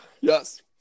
Yes